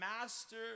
master